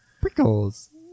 Prickles